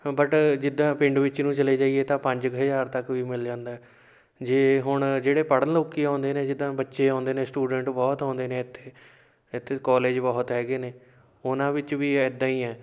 but ਜਿੱਦਾਂ ਪਿੰਡ ਵਿੱਚ ਨੂੰ ਚਲੇ ਜਾਈਏ ਤਾਂ ਪੰਜ ਕੁ ਹਜ਼ਾਰ ਤੱਕ ਵੀ ਮਿਲ ਜਾਂਦਾ ਜੇ ਹੁਣ ਜਿਹੜੇ ਪੜ੍ਹਨ ਲੋਕ ਆਉਂਦੇ ਨੇ ਜਿੱਦਾਂ ਬੱਚੇ ਆਉਂਦੇ ਨੇ ਸਟੂਡੈਂਟ ਬਹੁਤ ਆਉਂਦੇ ਨੇ ਇੱਥੇ ਇੱਥੇ ਕੋਲਜ ਬਹੁਤ ਹੈਗੇ ਨੇ ਉਹਨਾਂ ਵਿੱਚ ਵੀ ਇੱਦਾਂ ਹੀ ਹੈ